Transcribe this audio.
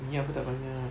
minyak pun tak banyak